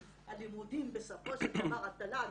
כי בסופו של דבר התל"ן